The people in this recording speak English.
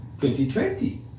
2020